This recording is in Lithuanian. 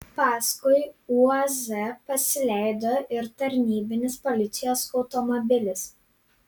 paskui uaz pasileido ir tarnybinis policijos automobilis